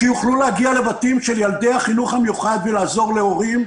שיוכלו להגיע לבתים של ילדי החינוך המיוחד ולעזור להורים,